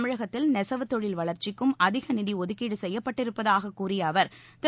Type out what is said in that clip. தமிழகத்தில் நெசவு தொழில் வளர்ச்சிக்கும் அதிக நிதி ஒதுக்கீடு செய்யப்பட்டிருப்பதாக கூறிய திரு